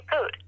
food